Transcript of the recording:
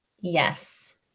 Yes